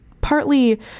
partly